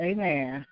Amen